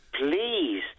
please